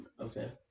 Okay